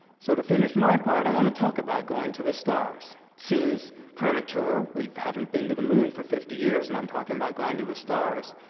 so to finish my part, i wanna talk about going to the stars. seems premature. we haven't been to the moon for fifty years, and i'm talking about going to the stars.